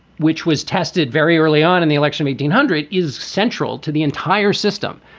which was tested very early on in the election. eighteen hundred is central to the entire system.